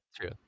true